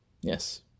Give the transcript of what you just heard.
Yes